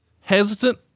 hesitant